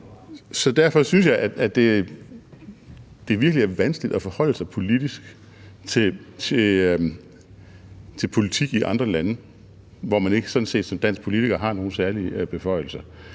Derfor synes jeg, at det virkelig er vanskeligt at forholde sig politisk til politik i andre lande, hvor man sådan set ikke som dansk politiker har nogen særlige beføjelser.